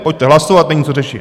Pojďte hlasovat, není co řešit.